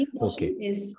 Okay